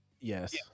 yes